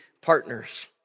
partners